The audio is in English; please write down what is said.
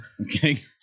Okay